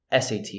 SAT